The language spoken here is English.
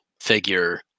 figure